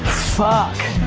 fuck.